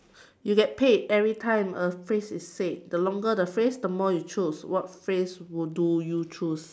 you get paid every time a phrase is said the longer the phrase the more you choose what phrase will do you through